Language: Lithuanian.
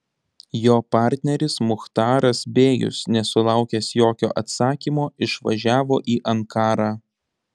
jo partneris muchtaras bėjus nesulaukęs jokio atsakymo išvažiavo į ankarą